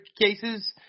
cases